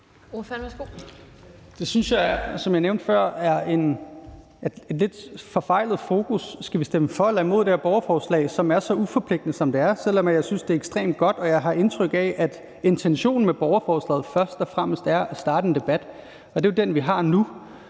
Det synes jeg, som jeg nævnte før, er en lidt forfejlet fokus: Skal vi stemme for, eller skal vi stemme imod det her borgerforslag, som er så uforpligtende, som det er, selv om jeg synes, det er ekstremt godt, og jeg har indtryk af, at intentionen med borgerforslaget først og fremmest er at starte en debat, og det er jo den, vi har nu?